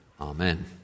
Amen